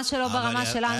למה על חשבוני?